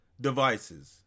devices